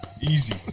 Easy